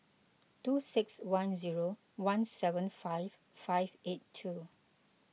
two six one zero one seven five five eight two